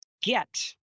get